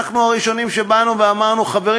אנחנו הראשונים שבאנו ואמרנו: חברים,